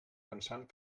pensant